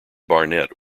barnett